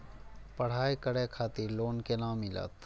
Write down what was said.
पढ़ाई करे खातिर लोन केना मिलत?